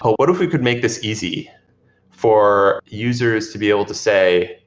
what if we could make this easy for users to be able to say,